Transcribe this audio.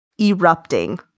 erupting